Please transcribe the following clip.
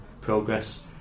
progress